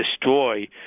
destroy